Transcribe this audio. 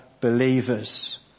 believers